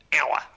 hour